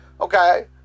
Okay